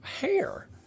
hair